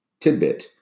tidbit